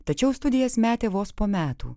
tačiau studijas metė vos po metų